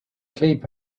keep